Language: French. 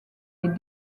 les